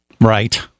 Right